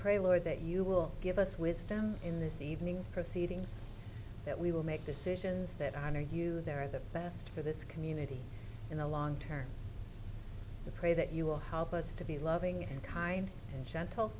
pray lord that you will give us wisdom in this evening's proceedings that we will make decisions that honor you they're the best for this community in the long term pray that you will help us to be loving and kind and gentle